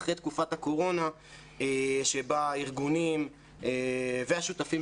אחרי תקופת הקורונה שבה הארגונים והשותפים